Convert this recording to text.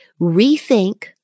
rethink